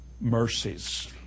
Mercies